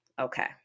Okay